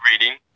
reading